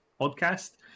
podcast